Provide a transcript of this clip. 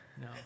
No